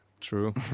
True